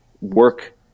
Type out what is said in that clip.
work